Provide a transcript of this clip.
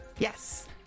Yes